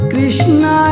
Krishna